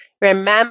Remember